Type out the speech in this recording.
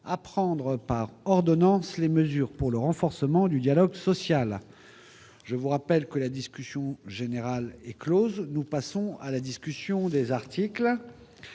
à prendre par ordonnances les mesures pour le renforcement du dialogue social. Je rappelle que la discussion générale a été close. Nous passons à la discussion du texte